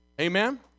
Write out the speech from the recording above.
Amen